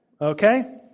Okay